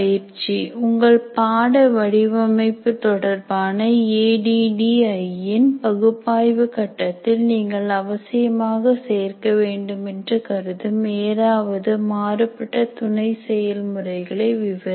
பயிற்சி உங்கள் பாட வடிவமைப்பு தொடர்பான A D D I E இன் பகுப்பாய்வு கட்டத்தில் நீங்கள் அவசியமாக சேர்க்க வேண்டுமென்று கருதும் ஏதாவது மாறுபட்ட துணை செயல்முறைகளை விவரி